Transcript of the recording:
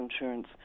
insurance